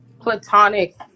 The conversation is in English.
platonic